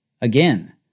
Again